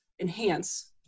enhance